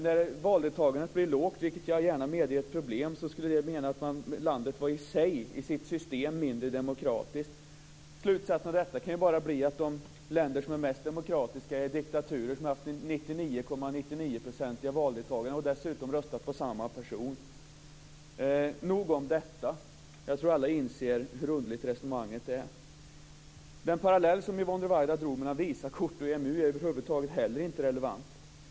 När valdeltagandet blir lågt, vilket jag gärna medger är ett problem, skulle det innebära att landet var mindre demokratiskt i sitt system. Slutsatsen av detta kan ju bara bli att de länder som är mest demokratiska är de diktaturer som haft ett valdeltagande på 99,99 % och där man dessutom röstat på samma person. Men nog om detta. Jag tror att alla inser hur underligt resonemanget är. Den parallell som Yvonne Ruwaida drog mellan Visakort och EMU är inte heller relevant.